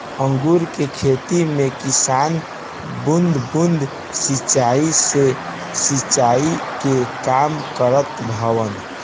अंगूर के खेती में किसान बूंद बूंद सिंचाई से सिंचाई के काम करत हवन